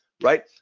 right